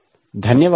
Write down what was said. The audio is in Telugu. ధన్యవాదాలు